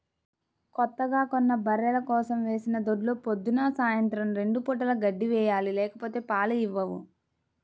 కొత్తగా కొన్న బర్రెల కోసం వేసిన దొడ్లో పొద్దున్న, సాయంత్రం రెండు పూటలా గడ్డి వేయాలి లేకపోతే పాలు ఇవ్వవు